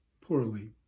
poorly